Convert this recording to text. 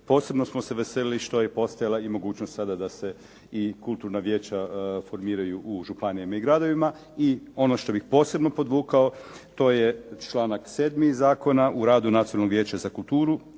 Posebno se veselili što je postojala i mogućnost sada da se i kulturna vijeća formiraju u županijama i gradovima. I ono što bih posebno podvukao to je članak 7. zakona u radu Nacionalnog vijeća za kulturu